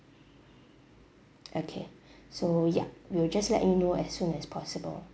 okay so ya we will just let you know as soon as possible